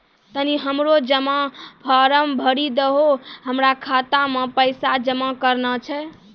तनी हमरो जमा फारम भरी दहो, हमरा खाता मे पैसा जमा करना छै